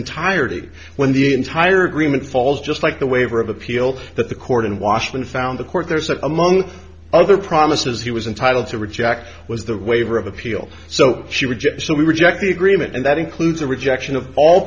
entirety when the entire agreement falls just like the waiver of appeal that the court in washington found the court there's a among other promises he was entitled to reject was the waiver of appeal so she would get so we reject the agreement and that includes a rejection of all